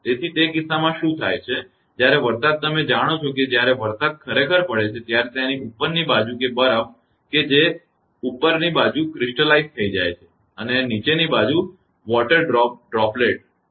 તેથી તે કિસ્સામાં શું થાય છે જ્યારે વરસાદ તમે જાણો છો કે જ્યારે વરસાદ ખરેખર પડે છે ત્યારે તેની ઉપરની બાજુ કે બરફ કે જે ઉપરની બાજુ સ્ફટિકીકૃત થઈ જાય છે અને નીચેની બાજુએ પાણીના ટપકા હશે